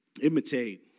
imitate